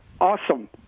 awesome